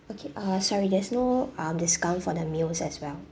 okay uh sorry there's no um discount for the meals as well